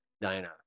diana